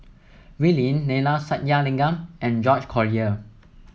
Wee Lin Neila Sathyalingam and George Collyer